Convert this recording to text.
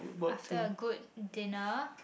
after a good dinner